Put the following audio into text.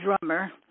drummer